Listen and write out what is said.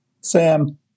Sam